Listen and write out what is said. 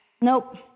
Nope